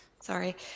Sorry